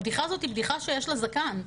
הבדיחה הזאת היא בדיחה שיש לה זקן,